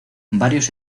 varios